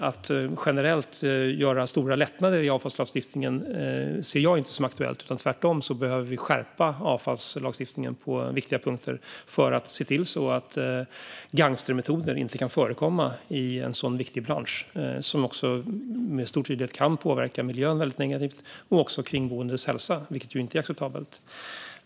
Att generellt göra stora lättnader i avfallslagstiftningen ser jag därför inte som aktuellt. Tvärtom behöver vi skärpa avfallslagstiftningen på viktiga punkter för att se till att gangstermetoder inte kan förekomma i en sådan viktig bransch. Det kan med stor tydlighet påverka miljön och också kringboendes hälsa väldigt negativt, vilket inte är acceptabelt.